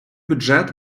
бюджет